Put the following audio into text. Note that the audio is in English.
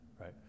right